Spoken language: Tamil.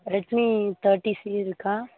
ரெட்மீ தேர்ட்டி சி இருக்கா